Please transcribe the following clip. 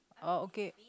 oh okay